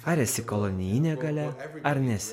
ar esi kolonijinė galia ar nesi